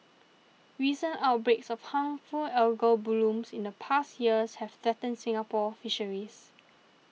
recent outbreaks of harmful algal blooms in the past years have threatened Singapore fisheries